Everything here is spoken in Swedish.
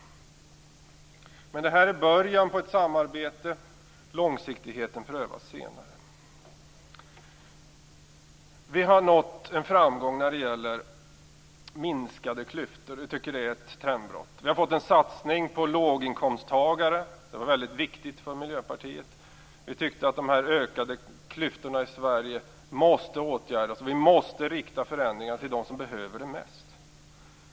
Det här är början på ett samarbete. Långsiktigheten prövas senare. Vi har nått en framgång när det gäller minskade klyftor, vilket är ett trendbrott. Vi har fått en satsning på låginkomsttagare, som var väldigt viktigt för Miljöpartiet. Vi tyckte att de ökade klyftorna i Sverige måste åtgärdas och att vi måste rikta förändringar till dem som behöver dem mest.